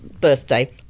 birthday